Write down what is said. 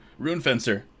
Runefencer